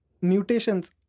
mutations